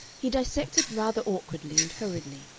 he dissected rather awkwardly and hurriedly,